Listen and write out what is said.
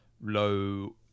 low